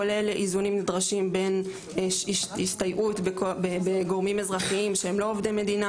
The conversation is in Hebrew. כולל איזונים נדרשים בין הסתייעות בגורמים אזרחיים שהם אינם עובדי מדינה